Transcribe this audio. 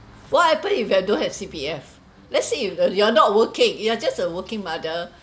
what happens if you have don't have C_P_F let's say you you're not working you are just a working mother